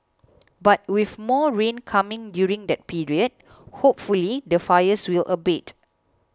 but with more rain coming during that period hopefully the fires will abate